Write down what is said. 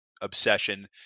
obsession